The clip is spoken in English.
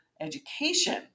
education